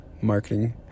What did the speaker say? marketing